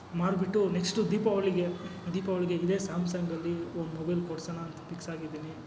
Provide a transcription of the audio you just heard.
ಮಾರಿಬಿಟ್ಟು next ದೀಪಾವಳಿಗೆ ದೀಪಾವಳಿಗೆ ಇದೇ ಸ್ಯಾಮ್ಸಂಗಲ್ಲಿ ಒನ್ ಮೊಬೈಲ್ ಕೊಡಿಸೋಣ ಅಂತ ಪಿಕ್ಸ್ ಆಗಿದ್ದೀನಿ